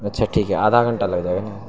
اچھا ٹھیک ہے آدھا گھنٹہ لگ جائے گا نا